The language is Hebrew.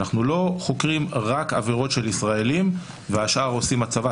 אנחנו לא חוקרים רק עבירות של ישראלים והשאר עושה הצבא.